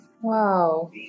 Wow